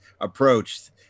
approach